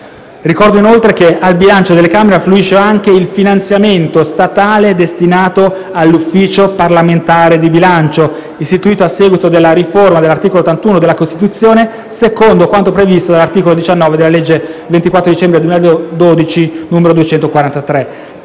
Ricordo inoltre che al bilancio delle Camere affluisce anche il finanziamento statale destinato all'Ufficio parlamentare di bilancio, istituito a seguito della riforma dell'articolo 81 della Costituzione, secondo quanto previsto dall'articolo 19 della legge 24 dicembre 2012, n. 243.